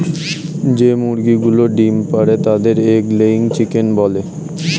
যে মুরগিগুলো ডিম পাড়ে তাদের এগ লেয়িং চিকেন বলে